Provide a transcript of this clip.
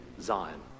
Zion